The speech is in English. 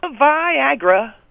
Viagra